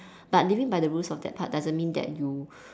but living by the rules of that part doesn't mean that you